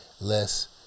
less